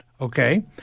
okay